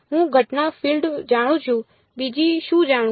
હું ઘટના ફીલ્ડ જાણું છું બીજું શું જાણું